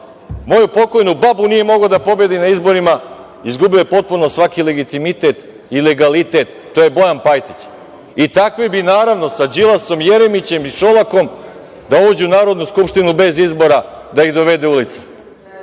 moju pokojnu babu nije mogao da pobedi na izborima, izgubio je potpuno svaki legitimitet i legalitet. To je Bojan Pajtić. Takvi bi, naravno, sa Đilasom, Jeremićem i Šolakom da uđu u Narodnu skupštinu bez izbora, da ih dovede ulica. Sad